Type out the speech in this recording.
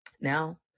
Now